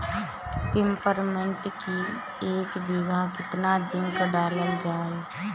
Peppermint की एक बीघा कितना जिंक डाला जाए?